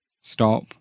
stop